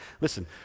Listen